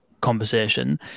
conversation